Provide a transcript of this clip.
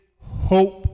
hope